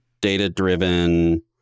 data-driven